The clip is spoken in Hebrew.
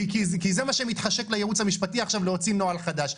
כי זה מה שמתחשק לייעוץ המשפטי עכשיו להוציא נוהל חדש.